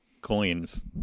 coins